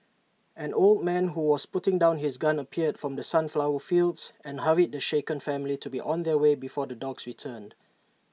an old man who was putting down his gun appeared from the sunflower fields and hurried the shaken family to be on their way before the dogs return